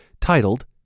titled